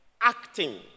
acting